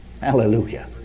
hallelujah